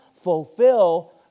fulfill